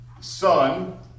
Son